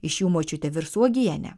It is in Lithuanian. iš jų močiutė virs uogienę